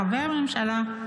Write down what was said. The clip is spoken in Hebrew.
חבר הממשלה,